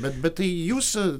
bet bet tai jūs